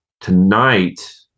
tonight